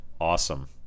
Awesome